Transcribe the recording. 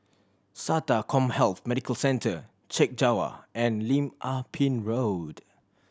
SATA CommHealth Medical Centre Chek Jawa and Lim Ah Pin Road